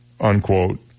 unquote